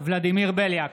ולדימיר בליאק,